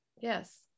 yes